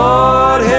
Lord